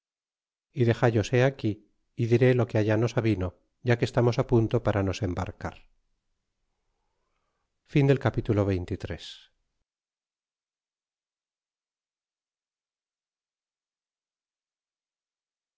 y elexallos he aquí y diré lo que allá nos avino ya que estarnos punto para nos embarcar